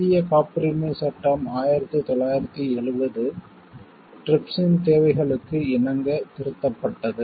இந்திய காப்புரிமைச் சட்டம் 1970 TRIPS இன் தேவைகளுக்கு இணங்க திருத்தப்பட்டது